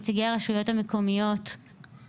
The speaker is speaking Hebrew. ובנוסף גם 71 הרשויות שלא פונות להנגשה,